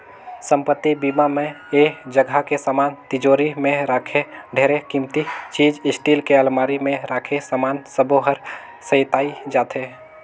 संपत्ति बीमा म ऐ जगह के समान तिजोरी मे राखे ढेरे किमती चीच स्टील के अलमारी मे राखे समान सबो हर सेंइताए जाथे